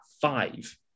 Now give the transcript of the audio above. five